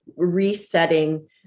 resetting